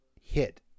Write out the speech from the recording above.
hit